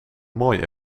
mooi